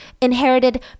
inherited